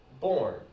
Born